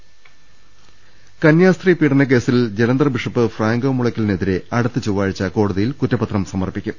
രുട്ട്ട്ട്ട്ട്ട്ട്ട കന്യാസ്ത്രീ പീഡനക്കേസിൽ ജലന്ധർ ബിഷപ്പ് ഫ്രാങ്കോ മുളയ്ക്കലി നെതിരെ അടുത്ത ചൊവ്വാഴ്ച കോടതിയിൽ കുറ്റപത്രം സമർപ്പിക്കും